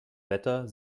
wetter